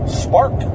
spark